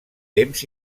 temps